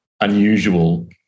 unusual